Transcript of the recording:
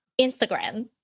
Instagram